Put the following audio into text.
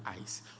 eyes